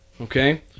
Okay